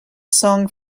song